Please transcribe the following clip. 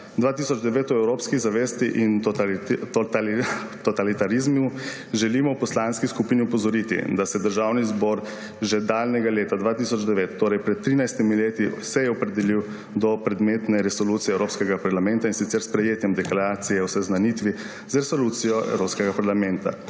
2009 o evropski zavesti in totalitarizmu, želimo v poslanski skupini opozoriti, da se je Državni zbor že daljnega leta 2009, torej pred 13 leti, opredelil do predmetne resolucije Evropskega parlamenta, in sicer s sprejetjem Deklaracije o seznanitvi z Resolucijo Evropskega parlamenta.